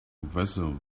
vessel